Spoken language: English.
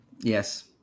yes